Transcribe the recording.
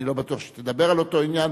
אני לא בטוח שתדבר על אותו עניין,